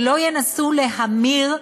שלא ינסו להמיר,